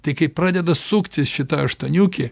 tai kai pradeda suktis šita aštuoniukė